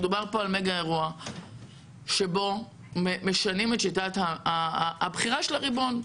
מדובר פה על מגה אירוע שבו משנים את שיטת הבחירה של הריבון.